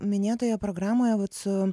minėtoje programoje vat su